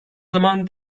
zaman